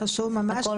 זה חשוב ממש.